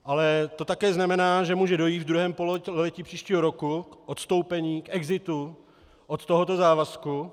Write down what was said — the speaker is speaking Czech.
Ale to také znamená, že může dojít ve druhém pololetí příštího roku k odstoupení, k exitu od tohoto závazku.